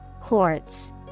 Quartz